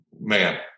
Man